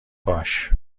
باش